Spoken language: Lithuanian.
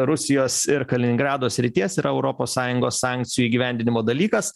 rusijos ir kaliningrado srities ir europos sąjungos sankcijų įgyvendinimo dalykas